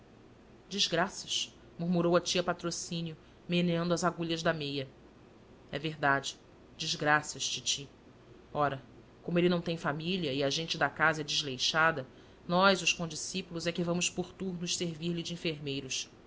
desgraças murmurou a tia patrocínio meneando as agulhas da meia e verdade desgraças titi ora como ele não tem família e a gente da casa é desleixada nós os condiscípulos é que vamos por turnos servir-lhe de enfermeiros